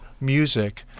music